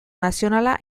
nazionala